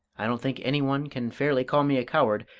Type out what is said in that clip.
i don't think any one can fairly call me a coward,